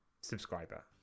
subscriber